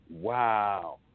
wow